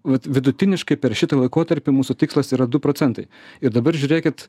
vat vidutiniškai per šitą laikotarpį mūsų tikslas yra du procentai ir dabar žiūrėkit